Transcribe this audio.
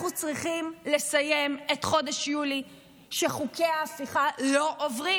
אנחנו צריכים לסיים את חודש יולי כשחוקי ההפיכה לא עוברים,